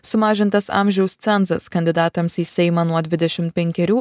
sumažintas amžiaus cenzas kandidatams į seimą nuo dvidešim penkerių